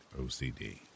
OCD